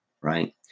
Right